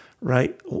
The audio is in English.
right